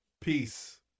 peace